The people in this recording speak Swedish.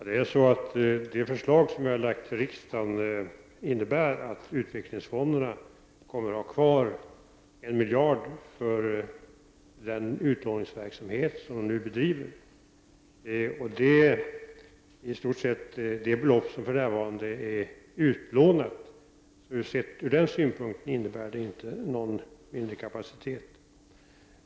Herr talman! Det förslag som regeringen har överlämnat till riksdagen innebär att utvecklingsfonderna kommer att ha kvar 1 miljard kronor för den utlåningsverksamhet som de nu bedriver. Det är i stort sett samma belopp som för närvarande är utlånat. Från denna synpunkt innebär detta alltså inte någon mindre kapacitet.